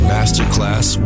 Masterclass